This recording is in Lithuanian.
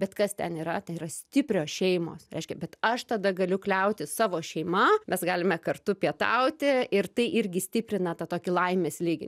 bet kas ten yra ten yra stiprios šeimos reiškia bet aš tada galiu kliautis savo šeima mes galime kartu pietauti ir tai irgi stiprina tą tokį laimės lygį